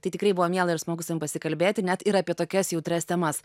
tai tikrai buvo miela ir smagu su tavim pasikalbėti net ir apie tokias jautrias temas